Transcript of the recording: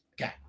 Okay